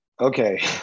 Okay